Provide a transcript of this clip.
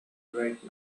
right